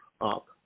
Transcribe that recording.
up